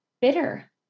bitter